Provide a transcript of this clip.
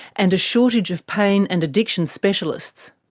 and a shortage of pain and addiction specialists.